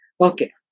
Okay